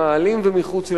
במאהלים ומחוץ למאהלים.